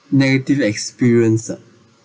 negative experience ah